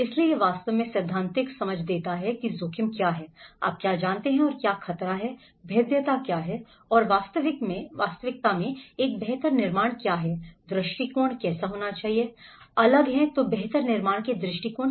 इसलिए यह वास्तव में सैद्धांतिक समझ देता है कि जोखिम क्या है आप क्या जानते हैं और क्या खतरा है भेद्यता क्या है और वास्तव में एक बेहतर निर्माण क्या है दृष्टिकोण क्या है अलग है बेहतर निर्माण के दृष्टिकोण